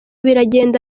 biragenda